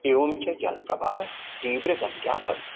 एवञ्च जलप्रवाहः तीव्रगत्या भवेत्